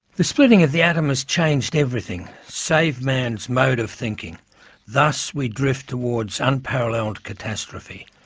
the splitting of the atom has changed everything, save man's mode of thinking thus we drift towards unparallelled catastrophe.